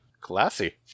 Classy